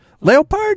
Leopard